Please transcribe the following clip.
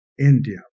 India